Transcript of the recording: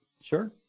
Sure